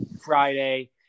Friday